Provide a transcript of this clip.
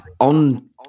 on